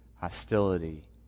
hostility